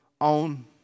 on